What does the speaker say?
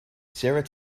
sarah